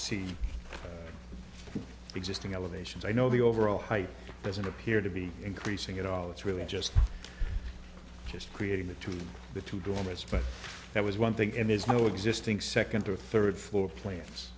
see existing elevations i know the overall height doesn't appear to be increasing at all it's really just just creating the two the two dormice but that was one thing and there's no existing second or third floor plans